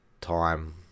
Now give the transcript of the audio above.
time